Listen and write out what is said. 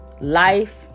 life